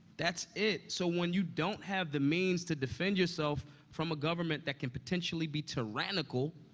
that's it. so when you don't have the means to defend yourself from a government that can potentially be tyrannical,